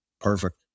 Perfect